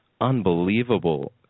unbelievable